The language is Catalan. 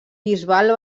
bisbal